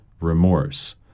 remorse